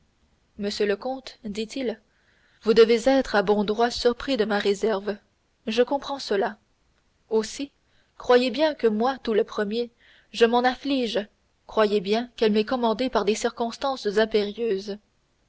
monsieur le comte dit-il vous devez être à bon droit surpris de ma réserve je comprends cela aussi croyez bien que moi tout le premier je m'en afflige croyez bien qu'elle m'est commandée par des circonstances impérieuses